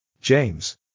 James